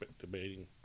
debating